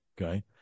Okay